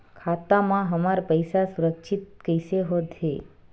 खाता मा हमर पईसा सुरक्षित कइसे हो थे?